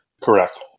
correct